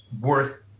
worth